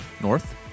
North